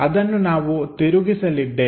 ಅದನ್ನು ನಾವು ತಿರುಗಿಸಲಿದ್ದೇವೆ